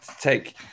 take